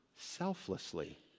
selflessly